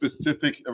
specific